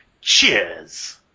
Cheers